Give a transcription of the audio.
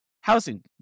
housing